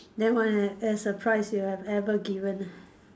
nevermind a a surprise you have ever given